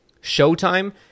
Showtime